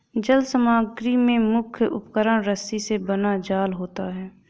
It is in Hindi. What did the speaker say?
जल समग्री में मुख्य उपकरण रस्सी से बना जाल होता है